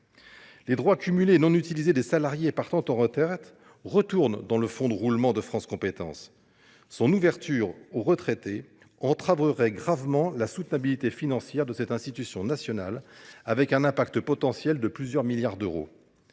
Les droits cumulés et non utilisés des salariés partant à la retraite retournent dans le fonds de roulement de France Compétences. Son ouverture aux retraités menacerait gravement la soutenabilité financière de cette institution nationale, avec un impact potentiel de plusieurs milliards d’euros.